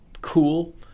cool